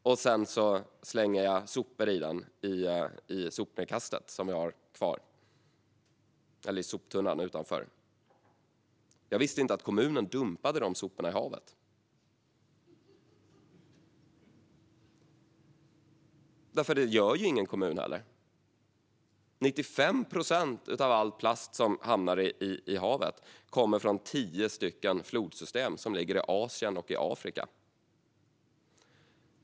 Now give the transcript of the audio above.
Därefter använder jag den till sopor som jag slänger i sopnedkastet, om det finns något sådant, eller i soptunnan. Jag visste inte att kommunen dumpade dessa sopor i havet. Det här gör ju heller ingen kommun. 95 procent av all plast som hamnar i havet kommer från tio flodsystem som ligger i Asien och Afrika.